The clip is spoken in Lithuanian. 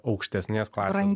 aukštesnės klasės